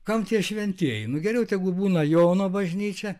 kam tie šventieji geriau tegu būna jono bažnyčia